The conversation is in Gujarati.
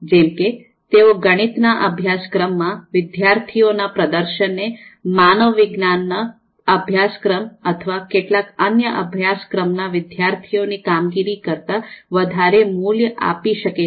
જેમકે તેઓ ગણિત ના અભ્યાસક્રમ માં વિદ્યાર્થીઓના પ્રદર્શનને માનવ વિજ્ઞાન ના અભ્યાસક્રમ અથવા કેટલાક અન્ય અભ્યાસક્રમ ના વિદ્યાર્થીઓની કામગીરી કરતા વધારે મૂલ્ય આપી શકે છે